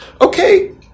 Okay